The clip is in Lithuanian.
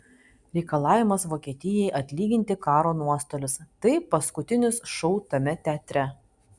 reikalavimas vokietijai atlyginti karo nuostolius tai paskutinis šou tame teatre